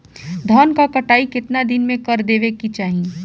धान क कटाई केतना दिन में कर देवें कि चाही?